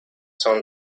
son